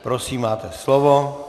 Prosím máte slovo.